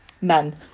men